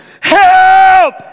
help